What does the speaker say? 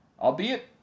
albeit